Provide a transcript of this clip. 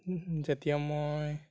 যেতিয়া মই